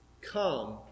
come